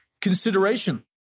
consideration